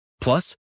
Plus